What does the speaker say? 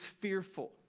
fearful